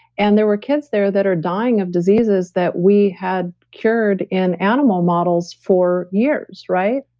and there were kids there that are dying of diseases that we had cured in animal models for years, right?